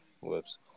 Whoops